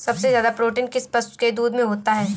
सबसे ज्यादा प्रोटीन किस पशु के दूध में होता है?